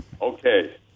Okay